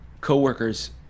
coworkers